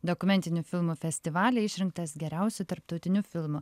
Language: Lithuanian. dokumentinių filmų festivaly išrinktas geriausiu tarptautiniu filmu